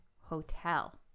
hotel